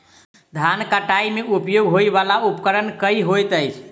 धान कटाई मे उपयोग होयवला उपकरण केँ होइत अछि?